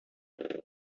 uno